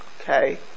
okay